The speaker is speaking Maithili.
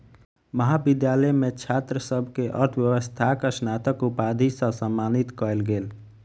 महाविद्यालय मे छात्र सभ के अर्थव्यवस्थाक स्नातक उपाधि सॅ सम्मानित कयल गेल